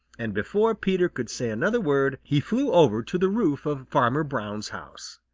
and before peter could say another word he flew over to the roof of farmer brown's house.